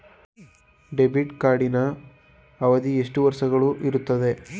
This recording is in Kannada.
ಡೆಬಿಟ್ ಕಾರ್ಡಿನ ಅವಧಿ ಎಷ್ಟು ವರ್ಷಗಳು ಇರುತ್ತದೆ?